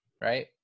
right